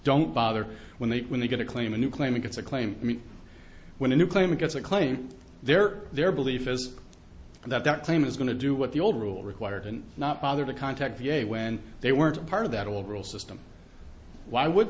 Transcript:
don't bother when they when they get to claim a new claim it's a claim when a new claimant gets a claim there their belief is that that claim is going to do what the old rule required and not bother to contact v a when they weren't part of that overall system why would